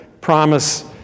promise